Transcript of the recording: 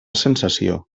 sensació